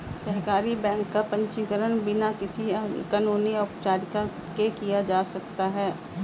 सहकारी बैंक का पंजीकरण बिना किसी कानूनी औपचारिकता के किया जा सकता है